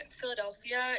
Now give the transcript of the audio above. Philadelphia